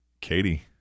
Katie